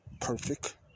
perfect